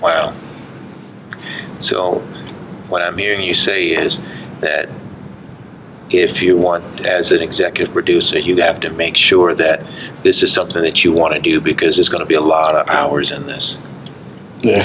well so what i'm hearing you say is that if you want as an executive producer you have to make sure that this is something that you want to do because it's going to be a lot of hours in